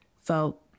felt